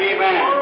Amen